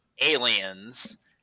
aliens